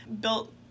built